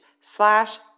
slash